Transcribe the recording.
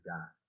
God